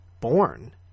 born